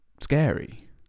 scary